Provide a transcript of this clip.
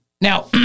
Now